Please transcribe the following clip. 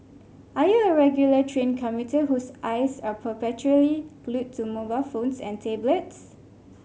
are you a regular train commuter whose eyes are perpetually glued to mobile phones and tablets